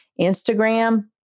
Instagram